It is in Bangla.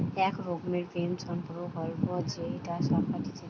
এক রকমের পেনসন প্রকল্প যেইটা সরকার থিকে দিবে